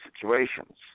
situations